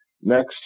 next